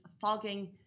fogging